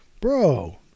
Bro